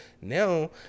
Now